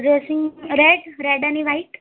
dressing red red आणि white